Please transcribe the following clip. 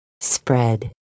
spread